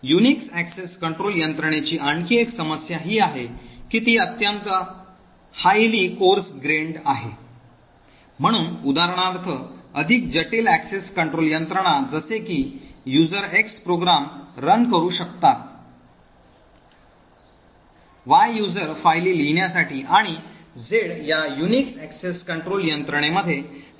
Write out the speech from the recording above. Unix access control यंत्रणेची आणखी एक समस्या ही आहे की ती अत्यंत highly coarse grained आहे म्हणून उदाहरणार्थ अधिक जटिल एक्सेस कंट्रोल यंत्रणा जसे की एक्स युजर program run करू शकतात Y युजर फायली लिहिण्यासाठी आणि Z या युनिक्स access control यंत्रणेमध्ये सहजपणे निर्दिष्ट केलेले नाही